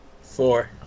four